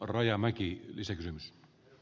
herra puhemies